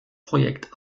projekt